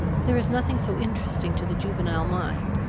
there is nothing so interesting to the juvenile mind,